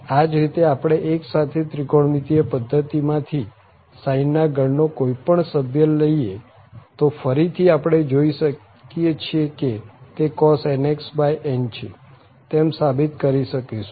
આ જ રીતે આપણે 1 સાથે ત્રિકોણમિતિય પધ્ધતિમાં થી sine ના ગણ નો કોઈ પણ સભ્ય લઈએ તો ફરીથી આપણે જોઈ શકીએ છીએ કે તે cos nx n છે તેમ સાબિત કરી શકીશું